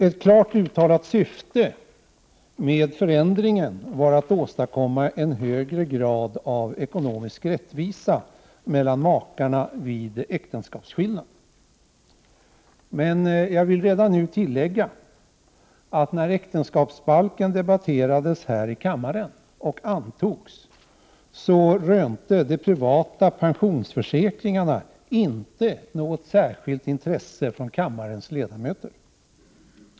Ett klart uttalat syfte med förändringen var att åstadkomma en högre grad av ekonomisk rättvisa mellan makarna vid äktenskapsskillnad. Men jag vill redan nu tillägga att när äktenskapsbalken debatterades här i kammaren och antogs, rönte de privata pensionsförsäkringarna inte något särskilt intresse från kammarens ledamöter.